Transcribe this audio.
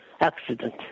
accident